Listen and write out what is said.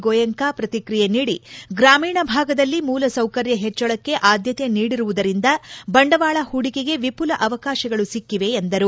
ಗೋಯಂಕಾ ಪ್ರತಿಕ್ರಿಯೆ ನಿಡ ಗ್ರಾಮೀಣ ಭಾಗದಲ್ಲಿ ಮೂಲ ಸೌಕರ್ಯ ಪೆಚ್ಚಳಕ್ಷ ಆದ್ದತೆ ನೀಡಿರುವುದರಿಂದ ಬಂಡವಾಳ ಹೂಡಿಕೆಗೆ ವಿಘುಲ ಅವಕಾಶಗಳು ಸಿಕ್ಕಿವೆ ಎಂದರು